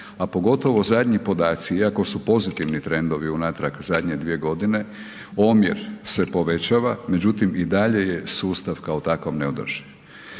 A pogotovo zadnji podaci, iako su pozitivni trendovi unatrag zadnje dvije godine, omjer se povećava, međutim i dalje je sustav kao takav neodrživ.